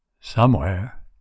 Somewhere